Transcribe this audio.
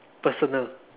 personal